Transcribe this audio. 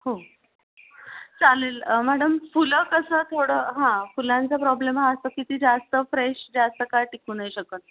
हो चालेल मॅडम फुलं कसं थोडं हां फुलांचा प्रॉब्लेम हा असतो की ती जास्त फ्रेश जास्त काळ टिकू नाही शकत